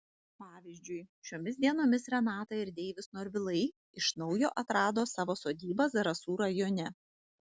pavyzdžiui šiomis dienomis renata ir deivis norvilai iš naujo atrado savo sodybą zarasų rajone